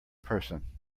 person